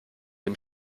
dem